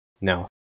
No